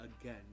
again